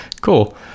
Cool